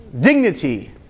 dignity